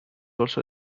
also